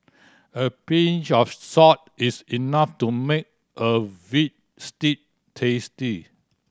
a pinch of salt is enough to make a veal stew tasty